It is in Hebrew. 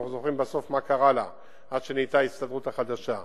ואנחנו זוכרים בסוף מה קרה לה עד שנהייתה ההסתדרות החדשה.